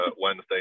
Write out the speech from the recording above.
Wednesday